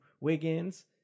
Wiggins